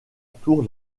tour